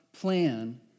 plan